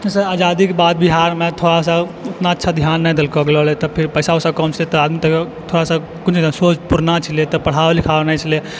sir आजदीक बाद बिहारमे थोड़ा सा उतना अच्छा ध्यान नहि देलको रहै तऽ फिर पैसा वैसा कमतै तऽ आदमी तऽ थोड़ा सा सोच पुरना छलै तऽ पढ़ाइ लिखाइ नहि छलै